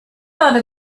thought